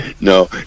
No